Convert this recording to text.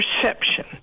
perception